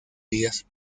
días